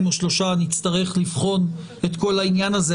או שלושה שבועות נצטרך לבחון את כל העניין הזה,